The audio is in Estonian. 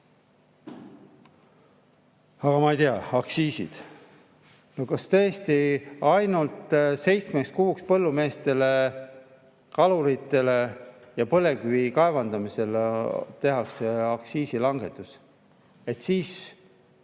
Ja ma ei tea, aktsiisid. Kas tõesti ainult seitsmeks kuuks põllumeestele, kaluritele ja põlevkivi kaevandamisel tehakse aktsiisilangetus, et siis 1.